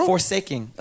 Forsaking